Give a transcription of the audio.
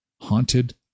haunted